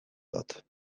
dut